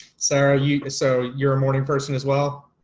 sarah, yeah so you're a morning person as well?